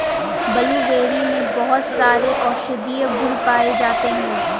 blueberry में बहुत सारे औषधीय गुण पाये जाते हैं